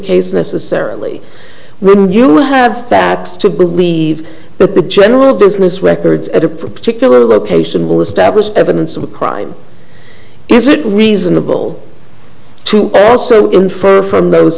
case necessarily when you have facts to believe but the general business records at a particular location will establish evidence of a crime is it reasonable to also infer from those